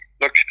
look